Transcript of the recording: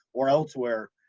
or elsewhere,